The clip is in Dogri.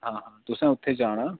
आं हा तुसें उत्थें जाना